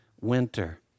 winter